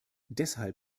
deshalb